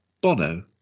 Bono